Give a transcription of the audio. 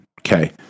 Okay